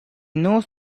knows